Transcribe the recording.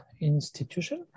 Institution